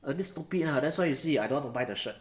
a bit stupid lah that's why you see I don't want to buy the shirt